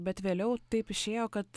bet vėliau taip išėjo kad